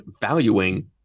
valuing